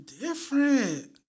different